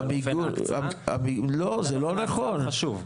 לא זה לא נכון.